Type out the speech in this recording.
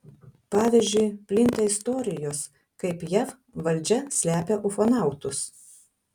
pavyzdžiui plinta istorijos kaip jav valdžia slepia ufonautus